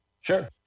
Sure